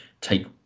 take